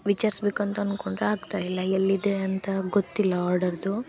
ವಿಚಾರ್ಸ್ಬೇಕುಕ್ ಅಂತ ಅಂದ್ಕೊಂಡ್ರೆ ಆಗ್ತಾ ಇಲ್ಲ ಎಲ್ಲಿದೆ ಅಂತ ಗೊತ್ತಿಲ್ಲ ಆರ್ಡರ್ದು